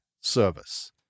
service